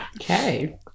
Okay